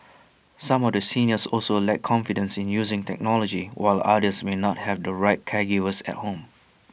some of the seniors also lack confidence in using technology while others may not have the right caregivers at home